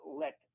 let